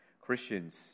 Christians